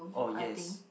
oh yes